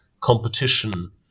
competition